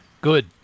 Good